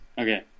Okay